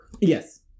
Yes